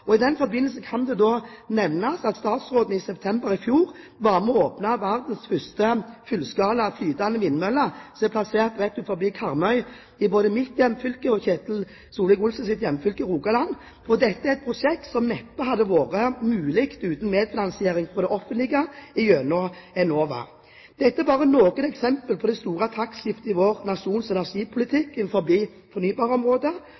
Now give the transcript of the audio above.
I den forbindelse kan det f.eks. nevnes at statsråden i september i fjor var med på å åpne verdens første fullskala flytende vindmølle, som er plassert rett utenfor Karmøy, i både mitt og Ketil Solvik-Olsens hjemfylke, Rogaland. Dette er et prosjekt som neppe hadde vært mulig uten medfinansiering fra det offentlige gjennom Enova. Dette er bare noen eksempler på det store taktskiftet i vår nasjons